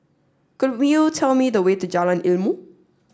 could you tell me the way to Jalan Ilmu